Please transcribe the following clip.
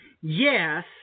yes